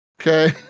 Okay